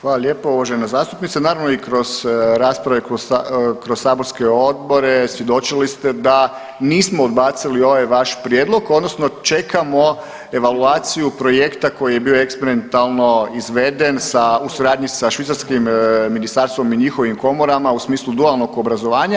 Hvala lijepo uvažena zastupnice, naravno i kroz rasprave, kroz saborske odbore svjedočili ste da nismo odbacili ovaj vaš prijedlog odnosno čekamo evaluaciju projekta koji je bio eksperimentalno izveden sa, u suradnji sa švicarskim ministarstvom i njihovim komorama u smislu dualnog obrazovanja.